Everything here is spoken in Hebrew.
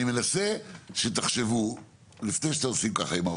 אני מנסה שתחשבו לפני שאתם אומרים לא,